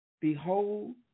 Behold